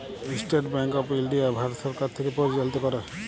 State Bank of India ভারত সরকার থ্যাকে পরিচালিত ক্যরে